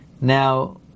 Now